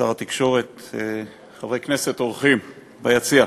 שר התקשורת, חברי כנסת, אורחים ביציע,